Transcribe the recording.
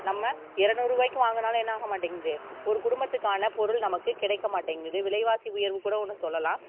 நம்ம இரநூறு ரூபாயிக்கு வாங்கினாலும் என்ன ஆக மாட்டேங்கிது ஒரு குடும்பத்துக்கான பொருள் நமக்கு கிடைக்க மாட்டேங்கிது விலைவாசி உயர்வுகூட ஒன்று சொல்லலாம்